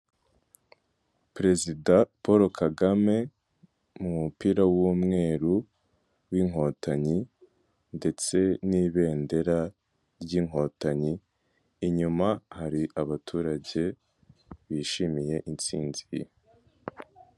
Perezida paul Kagame, mu mupira w'umweru w'inkotanyi, ndetse n'ibendera ry'inkotanyi, inyuma hari abaturage bishimiye intsinzi.